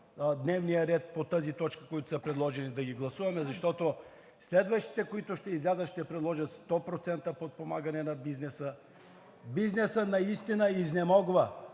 дневния ред по тази точка да ги гласуваме, защото следващите, които ще излязат, ще предложат 100% подпомагане на бизнеса. Бизнесът наистина изнемогва,